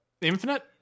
Infinite